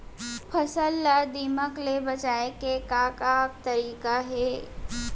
फसल ला दीमक ले बचाये के का का तरीका हे?